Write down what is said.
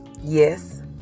Yes